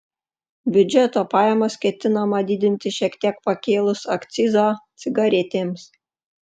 biudžeto pajamas ketinama didinti šiek tiek pakėlus akcizą cigaretėms